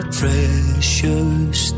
precious